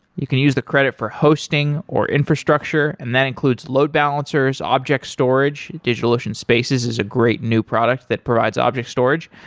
you can use the credit for hosting, or infrastructure and that includes load balancers, object storage, digitalocean spaces is a great new product that provides object storage,